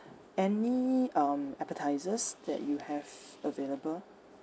any um appetisers that you have available